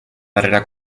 darrera